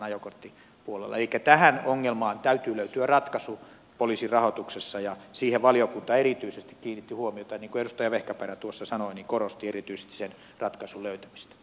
elikkä tähän ongelmaan täytyy löytyä ratkaisu poliisin rahoituksessa ja siihen valiokunta erityisesti kiinnitti huomiota ja niin kuin edustaja vehkaperä sanoi korosti erityisesti sen ratkaisun löytymistä